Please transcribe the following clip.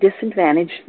disadvantaged